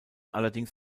allerdings